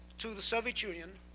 to the soviet union,